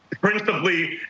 principally